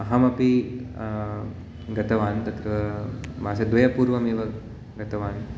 अहमपि गतवान् तत्र मासद्वयपूर्वमेव गतवान्